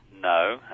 No